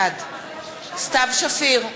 בעד סתיו שפיר,